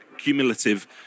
cumulative